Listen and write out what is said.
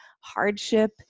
hardship